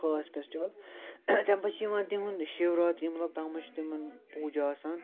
خاص فیسٹٕول تَمہِ پتہٕ چھِ یِوان تِہُند شِوراتری مطلب تتھ منٛز چھِ تِمن پوجا آسان